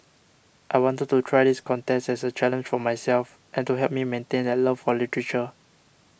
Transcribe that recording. I wanted to try this contest as a challenge for myself and to help me maintain that love for literature